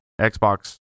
Xbox